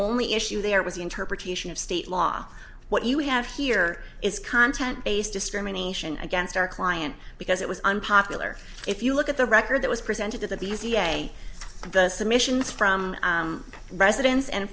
only issue there was the interpretation of state law what you have here is content based discrimination against our client because it was unpopular if you look at the record that was presented at these e a the submissions from residents and